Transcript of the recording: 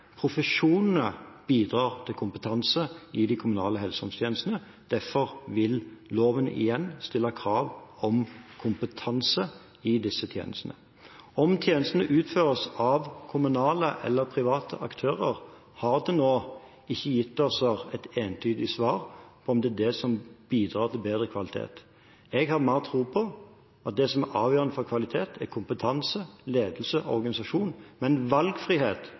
profesjonene bidrar til kompetanse i de kommunale helse- og omsorgstjenestene, derfor vil loven igjen stille krav om kompetanse i disse tjenestene. Om det er hvorvidt tjenestene utføres av kommunale eller private aktører som bidrar til bedre kvalitet, har til nå ikke gitt oss et entydig svar. Jeg har mer tro på at det som er avgjørende for kvalitet, er kompetanse, ledelse og organisasjon – men valgfrihet